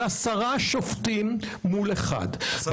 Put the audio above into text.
של 10 שופטים מול 1 -- עשרה יהודים וערבי אחד.